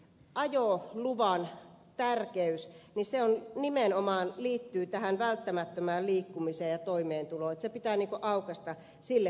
ajo on luvannut täällä keys ajoluvan tärkeys nimenomaan liittyy tähän välttämättömään liikkumiseen ja toimeentuloon se pitää aukaista sille puolelle